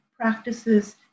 practices